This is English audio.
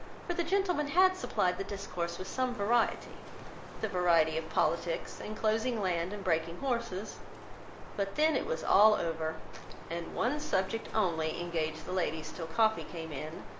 for the gentlemen had supplied the discourse with some variety the variety of politics, inclosing land, and breaking horses but then it was all over and one subject only engaged the ladies till coffee came in,